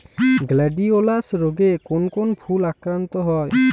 Gladiolus রোগে কোন কোন ফুল আক্রান্ত হয়?